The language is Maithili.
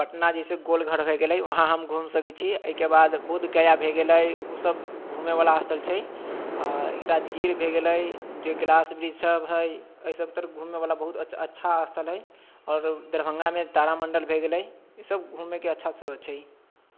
अपना दिस गोलघर हो गेलै वहाँ हम घूमि सकै छी अइके बाद बोध गया हो गेलै ओ सब घूमैवला स्थल छै आओर ई राजगीर भए गेलै जे गाछ वृक्ष सब है अइ सब तरफ घूमेवला बहुत अच्छा स्थल है आओर दरभङ्गामे तारामण्डल भए गेलै ई सब घूमे के अच्छा स्रोत छै